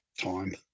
time